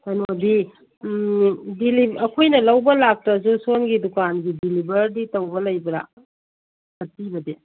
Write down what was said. ꯀꯩꯅꯣꯗꯤ ꯎꯝ ꯑꯩꯈꯣꯏꯅ ꯂꯧꯕ ꯂꯥꯛꯇ꯭ꯔꯁꯨ ꯁꯣꯟꯒꯤ ꯗꯨꯀꯥꯟꯒꯤ ꯗꯤꯂꯤꯕꯔꯤ ꯇꯧꯕ ꯂꯩꯕ꯭ꯔꯥ ꯑꯆꯤꯟꯕꯗꯤ